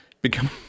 become